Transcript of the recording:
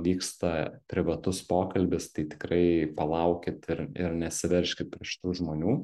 vyksta privatus pokalbis tai tikrai palaukit ir ir nesiveržkit prie šitų žmonių